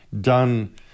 done